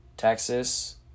Texas